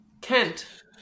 Kent